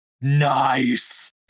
Nice